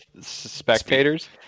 spectators